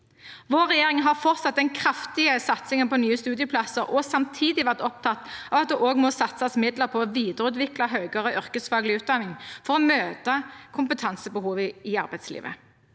Vår regjering har fortsatt den kraftige satsingen på nye studieplasser og samtidig vært opptatt av at det også må satses midler for å videreutvikle høyere yrkesfaglig utdanning for å møte kompetansebehovet i arbeidslivet.